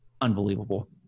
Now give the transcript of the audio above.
unbelievable